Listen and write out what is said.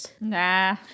Nah